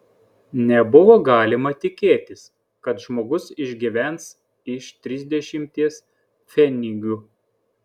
nebuvo galima tikėtis kad žmogus išgyvens iš trisdešimties pfenigų